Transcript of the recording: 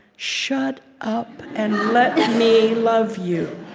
shut up and let me love you.